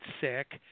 sick